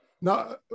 No